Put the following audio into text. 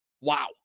Wow